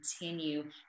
continue